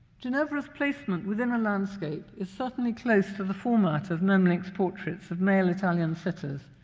ginevra's placement within a landscape is certainly close to the format of memling's portraits of male italian sitters.